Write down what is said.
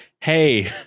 hey